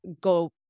go